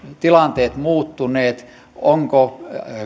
tilanteet muuttuneet ovatko